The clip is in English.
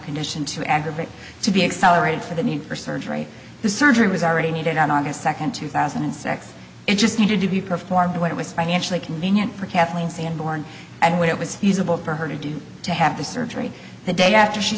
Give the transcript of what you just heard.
condition to aggravate to be accelerated for the need for surgery the surgery was already needed on august second two thousand and six interest needed to be performed when it was financially convenient for kathleen's and born and when it was usable for her to do to have the surgery the day after she